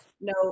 no